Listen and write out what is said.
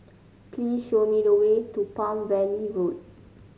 please show me the way to Palm Valley Road